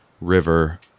river